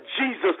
Jesus